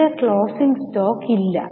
ഇവിടെ closing stock ഇല്ല